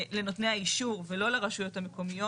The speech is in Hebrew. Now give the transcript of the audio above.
דווקא לנותני האישור ולא לרשויות המקומיות.